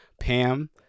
Pam